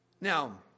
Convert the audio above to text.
Now